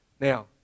Now